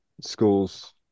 schools